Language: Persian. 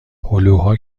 هلوها